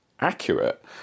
Accurate